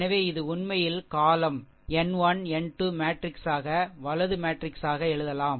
எனவே இது உண்மையில் column column n 1 n 2 matrix ஆக வலது மேட்ரிக்ஸ் ஆக எழுதலாம்